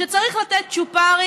כשצריך לתת צ'ופרים,